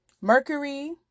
Mercury